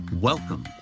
Welcome